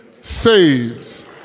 saves